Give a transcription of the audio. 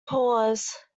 pause